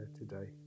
today